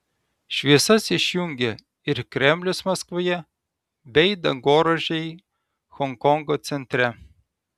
šviesas išjungė ir kremlius maskvoje bei dangoraižiai honkongo centre